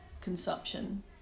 consumption